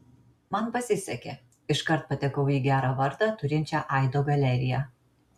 man pasisekė iškart patekau į gerą vardą turinčią aido galeriją